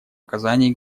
оказании